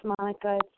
Monica